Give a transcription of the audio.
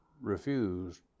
refused